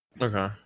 Okay